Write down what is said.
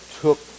took